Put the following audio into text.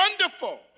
wonderful